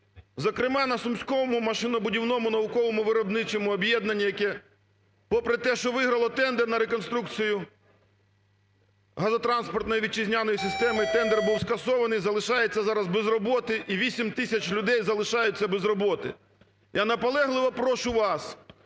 Зокрема, на Сумському машинобудівному науковому виробничому об'єднані, яке попри те, що виграло тендер на реконструкцію газотранспортної вітчизняної системи, тендер був скасований, залишаються зараз без роботи і 8 тисяч людей залишаються без роботи. Я наполегливо прошу вас,